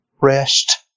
rest